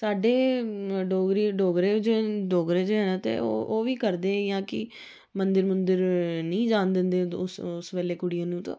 साडे डोगरी डोगरे बिच डोगरे जेह् ऐ ते ओह् बी करदे इ'यां कि मंदर मूंदर निं जान दिंदे उस बेल्लै कुड़ियां नूं